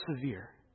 severe